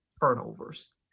turnovers